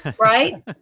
right